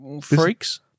Freaks